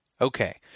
Okay